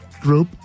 group